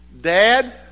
Dad